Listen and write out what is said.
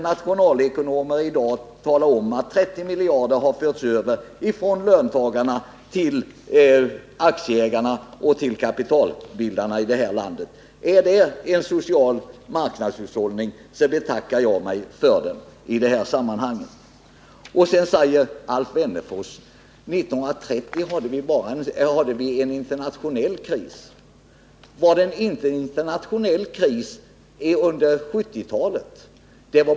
Nationalekonomer talar i dag om att 30 miljarder kronor har förts över från 73 löntagarna till aktieägarna och till kapitalbildarna i detta land. Är det en social marknadshushållning, betackar jag mig för en sådan i detta sammanhang. Alf Wennerfors säger att vi 1930 hade en internationell kris. Var den inte internationell under 1970-talet?